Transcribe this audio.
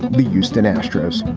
the houston astros.